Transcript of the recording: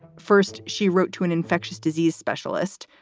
first, she wrote to an infectious disease specialist,